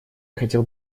хотел